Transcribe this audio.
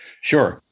Sure